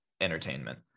entertainment